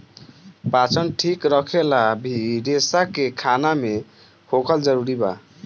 पाचन ठीक रखेला भी रेसा के खाना मे होखल जरूरी बा